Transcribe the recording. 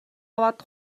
аваад